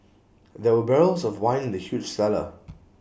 there were barrels of wine in the huge cellar